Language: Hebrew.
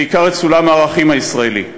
בעיקר את סולם הערכים הישראלי.